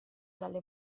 dalle